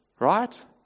Right